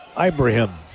Ibrahim